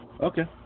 Okay